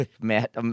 Matt